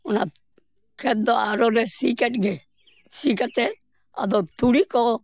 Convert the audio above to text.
ᱚᱱᱟ ᱠᱷᱮᱛ ᱫᱚ ᱟᱨᱚ ᱞᱮ ᱥᱤ ᱠᱮᱫ ᱜᱮ ᱥᱤ ᱠᱟᱛᱮ ᱟᱫᱚ ᱛᱩᱲᱤ ᱠᱚ